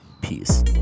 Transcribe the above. Peace